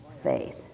Faith